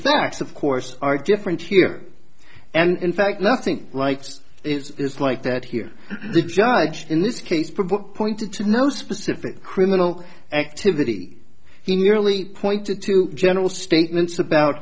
facts of course are different here and in fact nothing like this it's like that here the judge in this case provoked pointed to no specific criminal activity he merely pointed to general statements about